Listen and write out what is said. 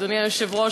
אדוני היושב-ראש,